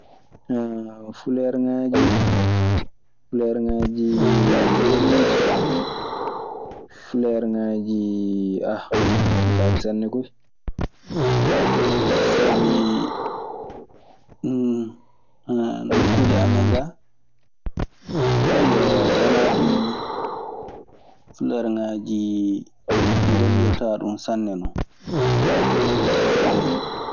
Fileruŋaaji boɗeeji, fileruŋaaji a mi anndaa ɗi sanne koy. Sabii, nokkuuji amen gaa wanaa ɗii… Fuleerŋaajii… Ngolirtaaɗun sanne.